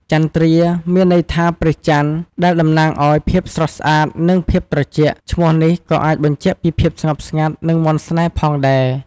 ចន្ទ្រា មានន័យថា ព្រះច័ន្ទ ដែលតំណាងឱ្យ ភាពស្រស់ស្អាត និងភាពត្រជាក់ ឈ្មោះនេះក៏អាចបញ្ជាក់ពីភាពស្ងប់ស្ងាត់ និងមន្តស្នេហ៍ផងដែរ។